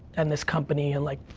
and this company, and like,